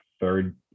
third